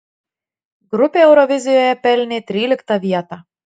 grupė eurovizijoje pelnė tryliktą vietą